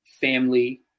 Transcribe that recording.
family